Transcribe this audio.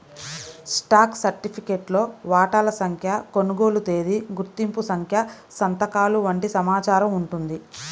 stock సర్టిఫికేట్లో వాటాల సంఖ్య, కొనుగోలు తేదీ, గుర్తింపు సంఖ్య సంతకాలు వంటి సమాచారం ఉంటుంది